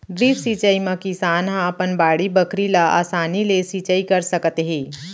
drip सिंचई म किसान ह अपन बाड़ी बखरी ल असानी ले सिंचई कर सकत हे